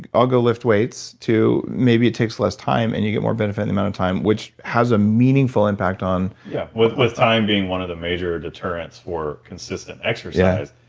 i'll go lift weights to maybe it take less time and you get more benefit in the amount of time, which has a meaningful impact on yeah with with time being one of the major deterrents for consistent exercise.